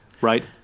right